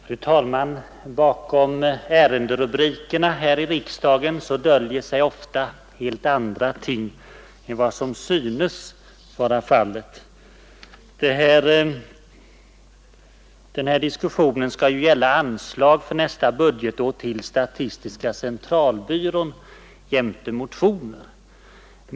Fru talman! Bakom ärenderubrikerna här i riksdagen döljer sig ofta helt andra ting än vad som synes vara fallet. Den här diskussionen skall gälla ”framställningar om anslag för budgetåret 1972/73 till statistiska centralbyrån jämte motioner”.